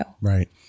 right